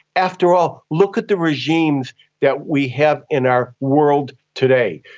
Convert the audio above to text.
after all, look at the regimes that we have in our world today.